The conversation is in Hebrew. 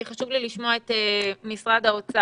כי חשוב לי לשמוע את משרד האוצר.